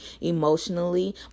emotionally